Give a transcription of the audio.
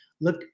look